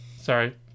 Sorry